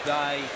day